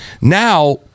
Now